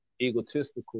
egotistical